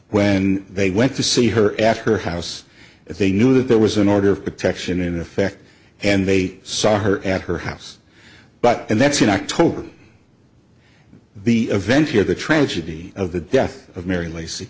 when they went to see her at her house if they knew that there was an order of protection in effect and they saw her at her house but and that's in october the event here the tragedy of the death of mar